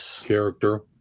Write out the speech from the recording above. character